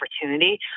opportunity